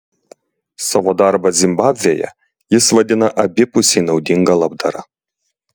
savo darbą zimbabvėje jis vadina abipusiai naudinga labdara